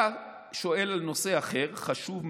אתה שואל על נושא אחר, חשוב מאוד,